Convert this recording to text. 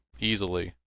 easily